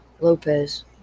Lopez